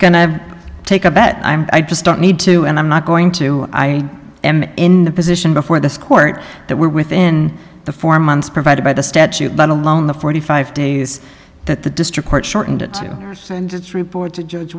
to take a bet i just don't need to and i'm not going to i am in the position before this court that we're within the four months provided by the statute let alone the forty five days that the district court shortened it to its report to judge